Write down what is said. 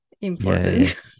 important